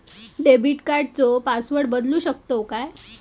Debit कार्डचो password बदलु शकतव काय?